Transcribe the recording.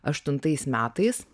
aštuntais metais